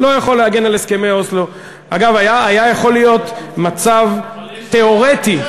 אגב, היה יכול להיות מצב תיאורטי,